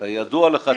כידוע לך,